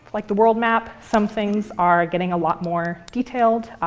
like the world map. some things are getting a lot more detailed,